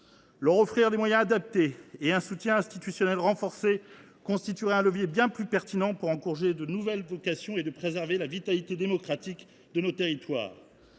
derniers des moyens adaptés et un soutien institutionnel renforcé constituerait un levier bien plus pertinent pour encourager de nouvelles vocations et préserver la vitalité démocratique de nos territoires.